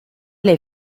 les